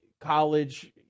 college